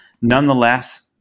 nonetheless